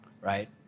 right